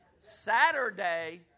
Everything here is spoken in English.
Saturday